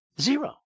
Zero